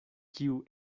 kiu